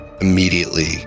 immediately